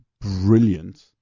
brilliant